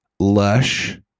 lush